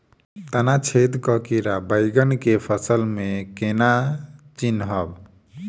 तना छेदक कीड़ा बैंगन केँ फसल म केना चिनहब?